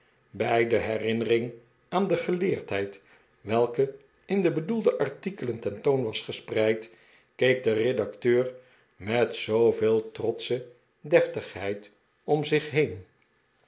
bij de herinnering aan de geleerdheid welke in de bedoelde artikelen ten toon was gespreid keek de redacteur met zooveel trotsche deftigheid om zich heen